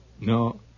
no